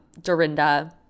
Dorinda